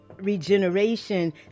Regeneration